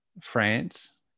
France